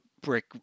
Brick